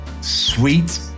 sweet